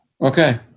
Okay